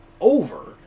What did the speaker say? over